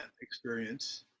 experience